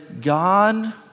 God